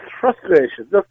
frustration